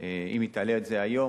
אם היא תעלה את זה היום.